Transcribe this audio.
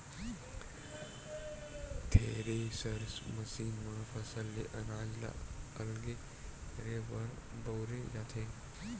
thresher machine म फसल ले अनाज ल अलगे करे बर बउरे जाथे